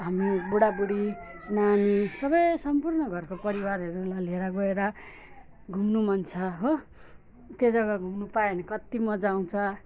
हामी बुढाबुढी नानी सबै सम्पूर्ण घरको परिवारहरूलाई लिएर गएर घुम्नु मन छ हो त्यो जग्गा घुम्नु पायो भने कत्ति मजा आउँछ